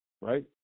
right